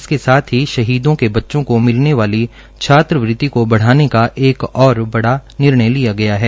इसके साथ ही शहीदों के बच्चों को मिलने वाली छात्रवृत्ति को बढाने का एक और बड़ा निर्णय लिया है